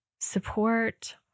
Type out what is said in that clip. support